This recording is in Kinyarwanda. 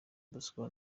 bosco